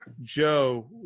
Joe